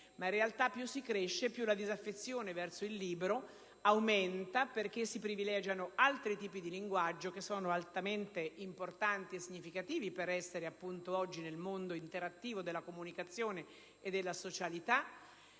ma in realtà più si cresce più la disaffezione verso il libro aumenta perché si privilegiano altri tipi di linguaggio, che sono importanti e significativi nel mondo interattivo della comunicazione e della socialità.